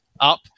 up